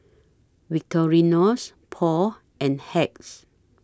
Victorinox Paul and Hacks